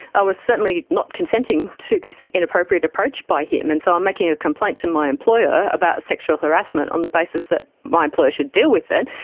i was certainly not consenting to this inappropriate approach by him, and so i'm making a complaint to my employer about sexual harassment on the basis that my employer should deal with it.